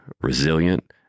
resilient